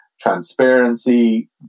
transparency